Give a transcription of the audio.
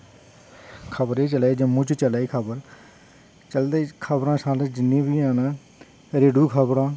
खबर एह् चला दी जम्मू च चला दी खबर चलदे खबर सारी जिन्नी बी हैन रेडूऐ खबरां